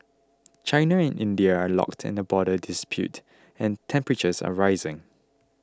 China and India are locked in a border dispute and temperatures are rising